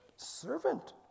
Servant